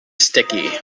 sticky